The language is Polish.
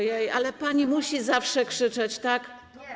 Ojej, ale pani musi zawsze krzyczeć, tak?